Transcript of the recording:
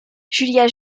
julia